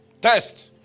Test